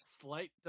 slight